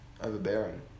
overbearing